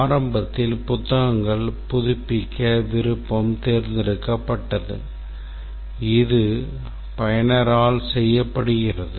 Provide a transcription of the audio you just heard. ஆரம்பத்தில் புத்தகங்கள் புதுப்பிக்க விருப்பம் தேர்ந்தெடுக்கப்பட்டது இது பயனரால் செய்யப்படுகிறது